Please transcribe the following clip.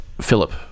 philip